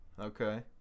Okay